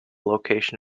location